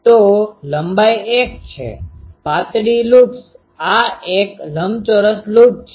તો લંબાઈ l છે પાતળી લૂપ્સ આ એક લંબચોરસ લૂપ છે